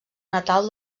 natal